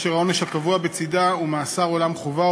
אשר העונש הקבוע בצדה הוא מאסר עולם חובה,